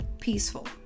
peaceful